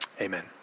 amen